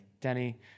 Denny